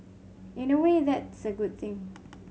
in a way that's a good thing